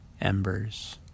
embers